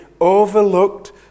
overlooked